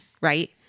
right